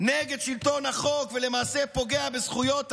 נגד שלטון החוק ולמעשה פוגע בזכויות האדם,